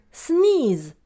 sneeze